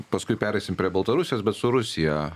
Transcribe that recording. paskui pereisim prie baltarusijos bet su rusija